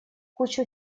кучу